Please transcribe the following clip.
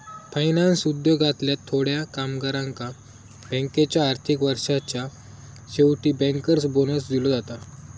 finance उद्योगातल्या थोड्या कामगारांका बँकेच्या आर्थिक वर्षाच्या शेवटी बँकर्स बोनस दिलो जाता